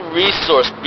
resource